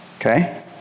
okay